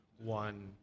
one